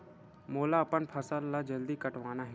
मोला अपन फसल ला जल्दी कटवाना हे?